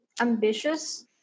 ambitious